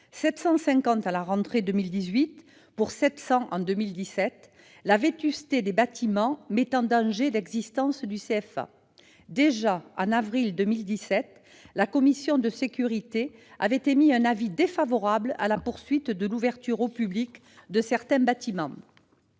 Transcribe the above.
750 à la rentrée 2018 contre 700 en 2017 -, la vétusté des bâtiments met en danger l'existence du CFA. Déjà en avril 2017, la commission de sécurité avait émis un avis défavorable à la poursuite de l'ouverture au public de certains bâtiments.